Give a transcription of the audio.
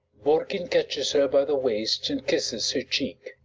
borkin catches her by the waist and kisses her cheek.